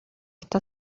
está